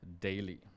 daily